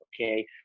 okay